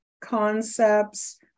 concepts